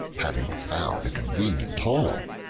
having found a convenient hole,